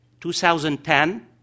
2010